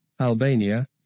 Albania